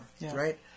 right